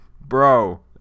bro